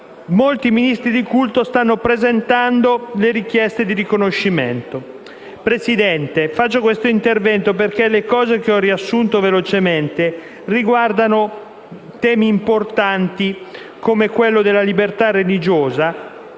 molti ministri di culto stanno presentando le richieste di riconoscimento. Signora Presidente, svolgo questo intervento perché le cose che ho riassunto velocemente riguardano temi importanti come quello della libertà religiosa,